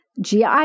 GI